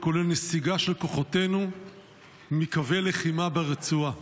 הכולל נסיגה של כוחותינו מקווי לחימה ברצועה.